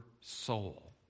soul